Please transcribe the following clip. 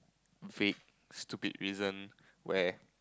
vague stupid reason where